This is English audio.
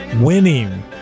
Winning